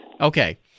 Okay